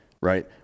right